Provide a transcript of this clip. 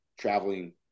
traveling